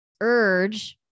urge